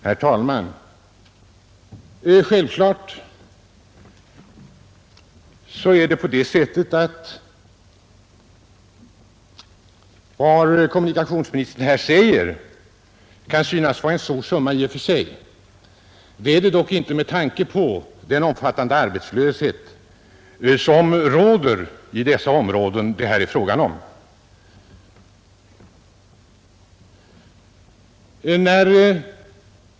Herr talman! Självfallet kan det belopp kommunikationsministern här nämner synas vara en stor summa i och för sig. Med tanke på den omfattande arbetslöshet som råder i dessa områden förhåller det sig dock inte så.